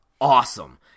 awesome